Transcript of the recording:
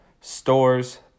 stores